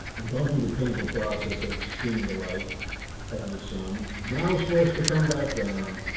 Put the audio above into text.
and gone through the painful process of seeing the light of the sun now is forced to come back down